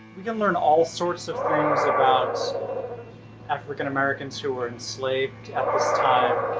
we can learn all sorts of things about african-americans who were enslaved at this time,